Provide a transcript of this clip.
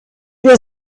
wir